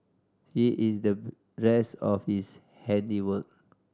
here is the rest of his handiwork